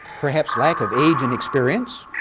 perhaps lack of age and experience